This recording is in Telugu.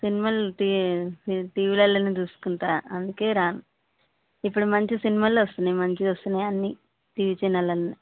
సినిమాలు టీవీ టీవీలలో చూసుకుంటాను అందుకని రాను ఇప్పుడు మంచి సినిమాలు వస్తున్నాయి మంచిగా వస్తున్నాయి అన్నీ టీవీ చానెల్లలో